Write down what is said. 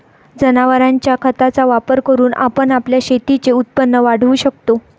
जनावरांच्या खताचा वापर करून आपण आपल्या शेतीचे उत्पन्न वाढवू शकतो